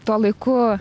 tuo laiku